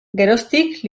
geroztik